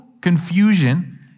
confusion